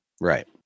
right